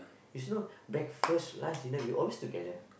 you see know breakfast lunch dinner we always together